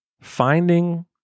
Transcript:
Finding